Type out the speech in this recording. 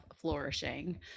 flourishing